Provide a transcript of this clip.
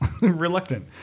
reluctant